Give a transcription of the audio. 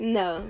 no